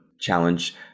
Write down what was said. challenge